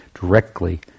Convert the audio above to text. directly